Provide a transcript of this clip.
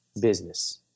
business